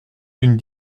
d’une